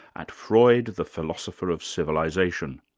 at freud the philosopher of civilisation.